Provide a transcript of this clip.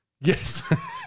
Yes